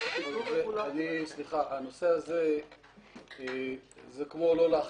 הנושא הזה זה כמו דרך לא להחליט.